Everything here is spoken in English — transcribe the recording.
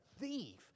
thief